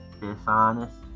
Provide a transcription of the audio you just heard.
dishonest